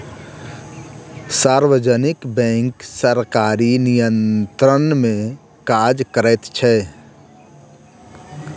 सार्वजनिक बैंक सरकारी नियंत्रण मे काज करैत छै